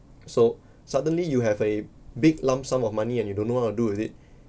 so suddenly you have a big lump sum of money and you don't know what to do with it